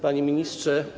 Panie Ministrze!